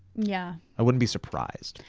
yeah. i wouldn't be surprised.